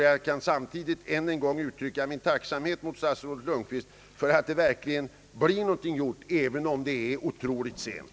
Jag vill samtidigt än en gång uttrycka min tacksamhet mot statsrådet Lundkvist för att det verkligen blir någonting gjort, även om det är otroligt sent.